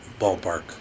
ballpark